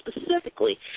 specifically